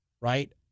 Right